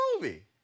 movie